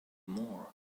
more